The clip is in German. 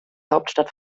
hauptstadt